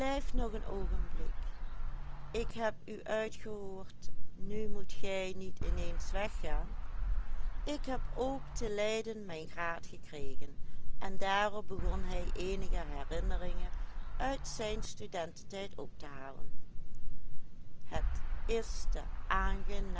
blijf nog een oogenblik ik heb u uitgehoord nu moet ge niet ineens weggaan ik heb ook te leiden mijn graad gekregen en daarop begon hij eenige herinneringen uit zijn studententijd op te halen het is de